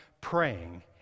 praying